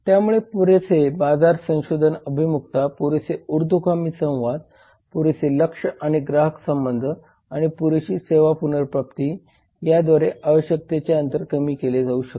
त्यामुळे पुरेसे बाजार संशोधन अभिमुखता पुरेसे ऊर्ध्वगामी संवाद पुरेसे लक्ष आणि ग्राहक संबंध आणि पुरेशी सेवा पुनर्प्राप्ती याद्वारे आवश्यकतेची अंतर कमी केले जाऊ शकते